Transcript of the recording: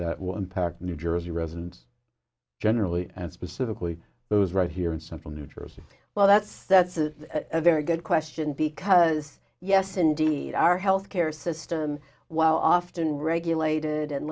that will impact new jersey residents generally and specifically those right here in central new jersey well that's that's is a very good question because yes indeed our health care system while often regulated and